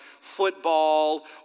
football